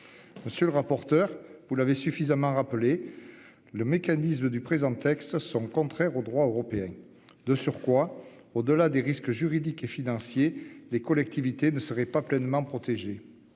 Monsieur le rapporteur. Vous l'avez suffisamment rappelé. Le mécanisme du présent texte sont contraires au droit européen. De surcroît, au delà des risques juridiques et financiers. Les collectivités ne serait pas pleinement protégés.